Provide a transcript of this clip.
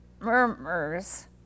murmurs